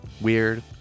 weird